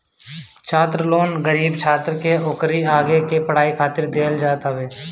छात्र लोन गरीब छात्र के ओकरी आगे के पढ़ाई खातिर देहल जात हवे